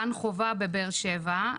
גן חובה בבאר שבע,